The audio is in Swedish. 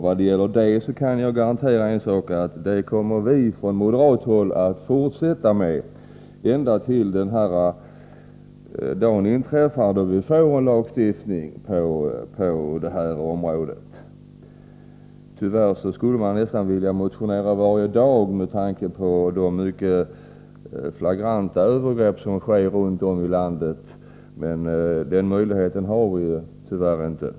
Jag kan garantera att vi från moderat håll kommer att fortsätta med det ända fram till den dag då vi får en lagstiftning på det här området. Man skulle nästan vilja motionera varje dag med tanke på de mycket flagranta övergrepp som sker runt om i landet, men den möjligheten har vi ju tyvärr inte.